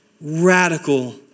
radical